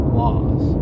laws